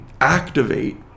activate